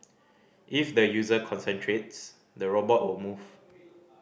if the user concentrates the robot will move